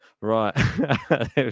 Right